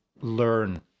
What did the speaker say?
learn